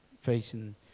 facing